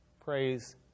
Praise